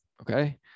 okay